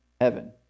heaven